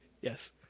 Yes